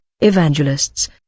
evangelists